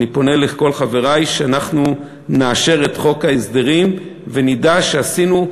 אני פונה לכל חברי שאנחנו נאשר את חוק ההסדרים ונדע שעשינו,